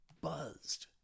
buzzed